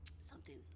Something's